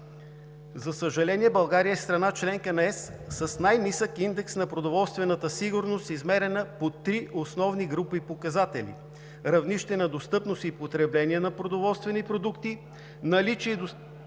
За съжаление, България – страна – членка на ЕС, е с най-нисък индекс на продоволствената сигурност, измерена по три основни групи показатели: равнище на достъпност и потребление на продоволствени продукти; наличие и достатъчност